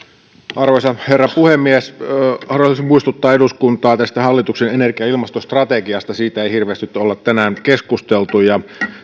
arvoisa herra puhemies haluaisin muistuttaa eduskuntaa hallituksen energia ja ilmastostrategiasta siitä ei hirveästi nyt olla tänään keskusteltu ja